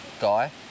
guy